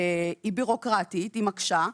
היא בירוקרטית, היא מקשה.